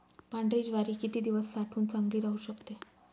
पांढरी ज्वारी किती दिवस साठवून चांगली राहू शकते?